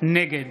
נגד